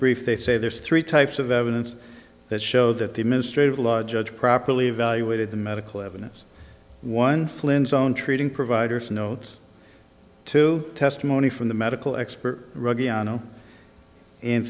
brief they say there's three types of evidence that show that the administrative law judge properly evaluated the medical evidence one flintstone treating providers notes to testimony from the medical expert rug yano in th